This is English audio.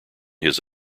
his